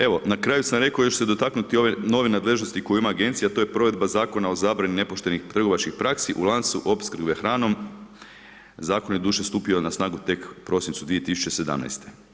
Evo, na kraju sam rekao da još ču se dotaknuti ove nove nadležnosti koju ima agencija a to je provedba Zakona o zabrani nepoštenih trgovačkih praksi u lancu opskrbe hranom, zakon je doduše stupio na snagu tek u prosincu 2017.